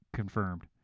confirmed